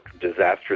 disastrous